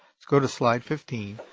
let's go to slide fifteen.